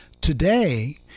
Today